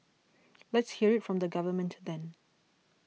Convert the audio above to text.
let's hear it from the government then